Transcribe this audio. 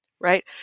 Right